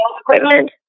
equipment